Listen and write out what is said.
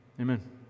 Amen